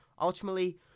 ultimately